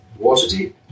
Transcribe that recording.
Waterdeep